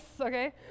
Okay